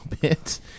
bit